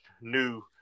new